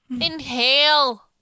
Inhale